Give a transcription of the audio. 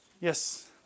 Yes